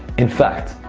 in fact,